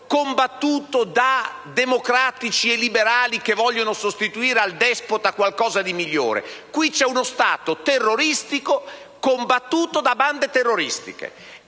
combattuto da democratici e liberali che vogliono sostituire al despota qualcosa di migliore; qui c'è uno Stato terroristico combattuto da bande terroristiche.